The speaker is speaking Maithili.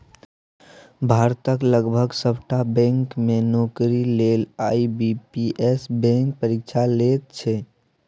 भारतक लगभग सभटा बैंक मे नौकरीक लेल आई.बी.पी.एस बैंक परीक्षा लैत छै